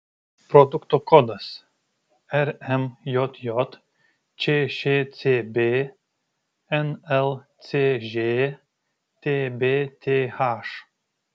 produkto kodas rmjj čšcb nlcž tbth